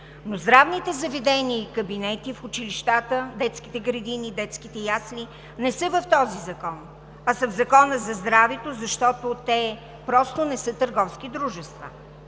Но здравните заведения и кабинети в училищата, детските градини, детските ясли не са в този закон, а са в Закона за здравето, защото те просто не са търговски дружества.